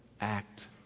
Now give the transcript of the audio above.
act